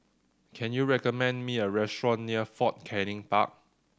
can you recommend me a restaurant near Fort Canning Park